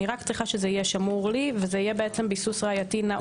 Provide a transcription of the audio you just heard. רק שיהיה שמור לי, ויהיה ביסוס ראייתי נאות.